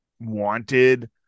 wanted